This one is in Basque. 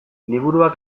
liburuak